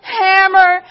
hammer